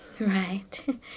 Right